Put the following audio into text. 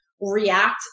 react